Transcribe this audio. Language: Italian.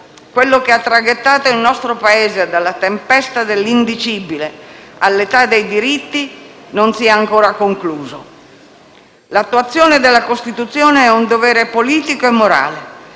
quello che ha traghettato il nostro Paese dalla tempesta dell'indicibile all'età dei diritti, non sia ancora concluso. L'attuazione della Costituzione è un dovere politico e morale.